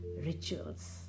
Rituals